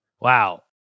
Wow